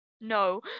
No